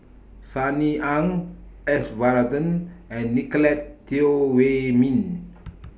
Sunny Ang S Varathan and Nicolette Teo Wei Min